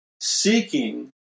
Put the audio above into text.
seeking